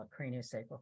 craniosacral